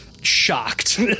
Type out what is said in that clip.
shocked